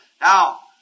now